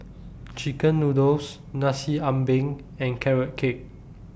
Chicken Noodles Nasi Ambeng and Carrot Cake